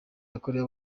yakorewe